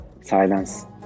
silence